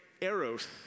eros